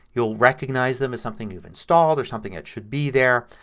you'll recognize them as something you've installed or something that should be there.